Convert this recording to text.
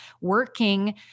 working